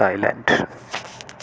Thailand